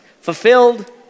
Fulfilled